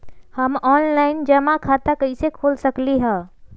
हम ऑनलाइन जमा खाता कईसे खोल सकली ह?